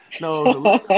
No